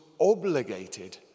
obligated